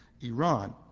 iran